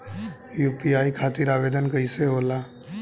UPI खातिर आवेदन कैसे होला?